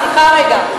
סליחה רגע.